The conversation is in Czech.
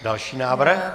Další návrh.